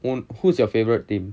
won't who's your favourite team